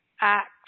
acts